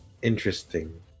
interesting